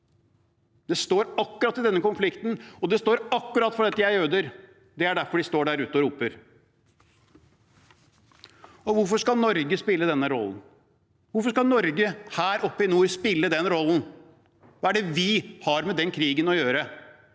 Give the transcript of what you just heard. på grunn av denne konflikten, og de står der akkurat fordi det er jøder. Det er derfor de står der ute og roper. Hvorfor skal Norge spille denne rollen? Hvorfor skal Norge, her oppe i nord, spille den rollen? Hva er det vi har med den krigen å gjøre,